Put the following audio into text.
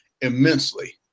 immensely